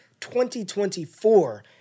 2024